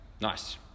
nice